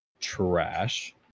trash